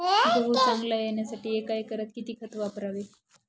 गहू चांगला येण्यासाठी एका एकरात किती खत वापरावे?